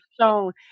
shown